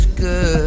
Good